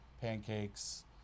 pancakes